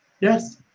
Yes